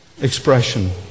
expression